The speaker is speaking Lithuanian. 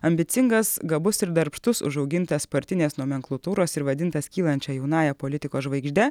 ambicingas gabus ir darbštus užaugintas partinės nomenklatūros ir vadintas kylančia jaunąja politikos žvaigžde